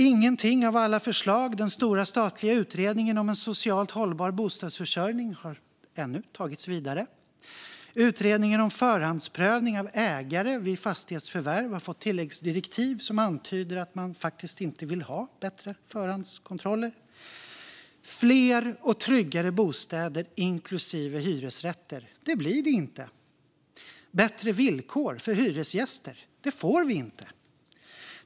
Inga av alla förslag från den stora statliga utredningen om en socialt hållbar bostadsförsörjning har ännu tagits vidare. Utredningen om förhandsprövning av ägare vid fastighetsförvärv har fått tilläggsdirektiv som antyder att man faktiskt inte vill ha bättre förhandskontroller. Fler och tryggare bostäder, inklusive hyresrätter, det blir det inte. Bättre villkor för hyresgäster, det får vi inte.